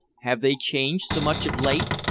have they changed so much of late?